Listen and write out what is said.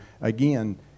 again